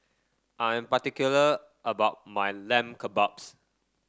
I am particular about my Lamb Kebabs